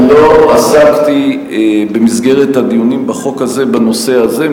לא עסקתי במסגרת הדיונים בחוק הזה בנושא הזה,